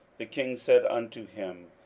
the king said unto him,